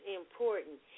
important